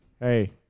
Hey